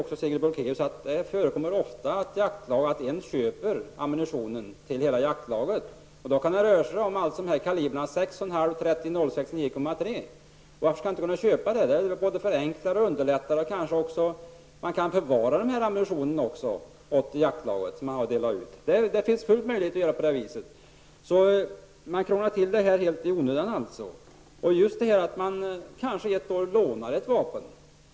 Även Sigrid Bolkéus vet att det ofta förekommer i jaktlag att en köper ammunition till hela jaktlaget. Då kan det röra sig om en mängd olika kalibrer. Varför skall man då inte kunna köpa allt detta? Det både förenklar och underlättar, och kanske kan man också förvara ammunitionen åt jaktlaget, så att man sedan kan dela ut den. Det är fullt möjligt att göra på det viset. Man krånglar alltså till detta helt i onödan. Dessutom kanske man ett år lånar ett vapen.